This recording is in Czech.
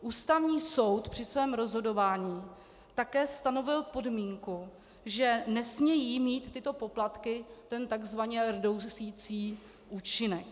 Ústavní soud při svém rozhodování také stanovil podmínku, že nesmějí mít tyto poplatky ten tzv. rdousicí účinek.